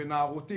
בנערותי,